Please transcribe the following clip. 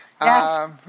Yes